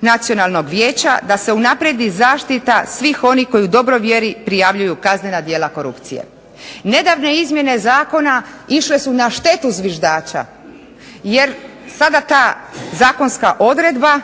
nacionalnog vijeća da se unaprijedi zaštita svih onih koji u dobroj vjeri prijavljuju kaznena djela korupcije. Nedavne izmjene zakona išle su na štetu zviždača, jer sada ta zakonska odredba